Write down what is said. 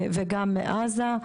וגם מעזה.